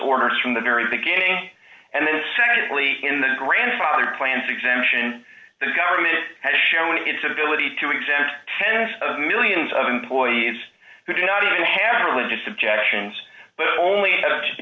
orders from the very beginning and then secondly in the grandfathered plants exemption the government has shown its ability to exempt tens of millions of employees who do not even have religious objections but only